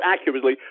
accurately